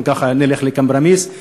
אם ככה נלך ל-compromise,